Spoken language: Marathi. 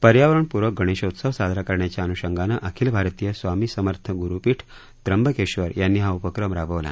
पर्यावरणप्रक गणेशोत्सव साजरा करण्याच्या अन्षंगानं अखिल भारतीय स्वामी समर्थ ग्रुपीठ त्रंबकेश्वर यांनी हा उपक्रम राबवला